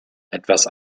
etwas